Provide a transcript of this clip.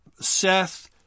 Seth